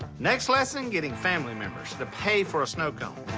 next lesson getting family members to pay for a snow cone.